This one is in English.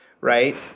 right